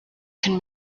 can